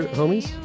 homies